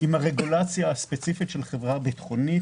עם הרגולציה הספציפית של חברה ביטחונית.